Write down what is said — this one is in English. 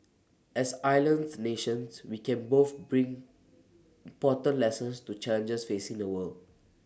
as island nations we can both bring important lessons to challenges facing the world